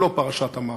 גם לא פרשת ה"מרמרה".